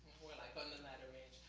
more like on the latter range.